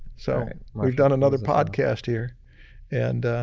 so, we've done another podcast here and,